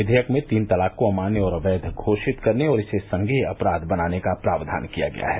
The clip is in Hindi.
विघेयक में तीन तलाक को अमान्य और अवैघ घोषित करने और इसे संज्ञेय अपराध बनाने का प्रावधान किया गया है